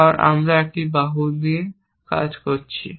কারণ আমরা একটি এক বাহু নিয়ে কাজ করছি